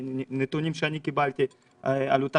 מנתונים שאני קיבלתי אני יודע שעלותה